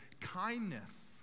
kindness